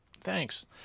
Thanks